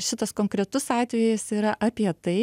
šitas konkretus atvejis yra apie tai